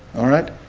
alright